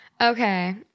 Okay